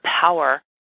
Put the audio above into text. power